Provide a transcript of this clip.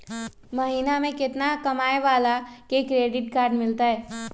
महीना में केतना कमाय वाला के क्रेडिट कार्ड मिलतै?